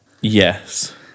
Yes